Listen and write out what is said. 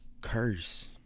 curse